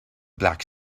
black